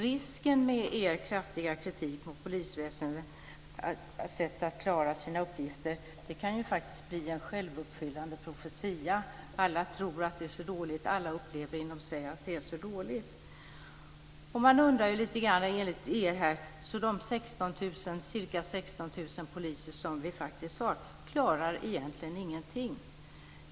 Risken med er kraftiga kritik mot polisväsendets sätt att klara sina uppgifter är att det kan bli en självuppfyllande profetia. Alla tror att det är så dåligt. Alla upplever inom sig att det är så dåligt. Enligt er klarar de ca 16 000 poliser vi faktiskt har ingenting.